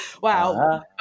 Wow